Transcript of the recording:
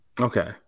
Okay